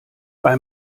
bei